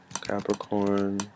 Capricorn